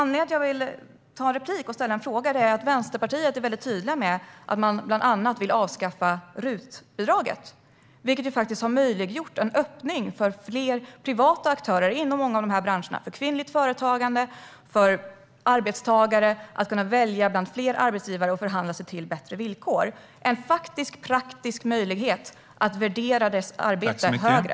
Anledningen till att jag begärde replik och vill ställa en fråga är att man inom Vänsterpartiet är tydlig med att man bland annat vill avskaffa RUT-bidraget, vilket faktiskt har möjliggjort en öppning för fler privata aktörer inom många av dessa branscher. Det har möjliggjort kvinnligt företagande och gjort att arbetstagare har kunnat välja bland fler arbetsgivare och förhandla sig till bättre villkor. Det är en faktisk, praktisk möjlighet att värdera deras arbete högre.